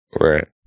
Right